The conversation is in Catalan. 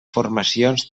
formacions